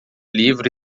livro